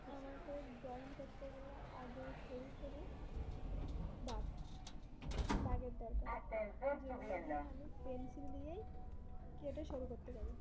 আমাকে ড্রয়িং করতে গেলে আগে সরু সরু দাগ দাগের দরকার যেগুলো দিয়ে আমি পেনসিল দিয়েই কেটে শুরু করতে পারি